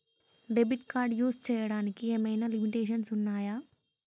Debit card use చేయడానికి ఏమైనా limitations ఉన్నాయా?